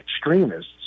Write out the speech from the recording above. extremists